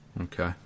Okay